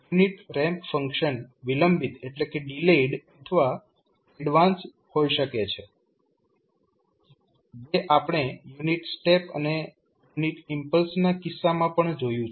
unit ramp function વિલંબિત અથવા advance થઈ શકે છે જે આપણે યુનિટ સ્ટેપ અને યુનિટ ઇમ્પલ્સના કિસ્સામાં પણ જોયું છે